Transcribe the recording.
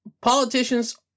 Politicians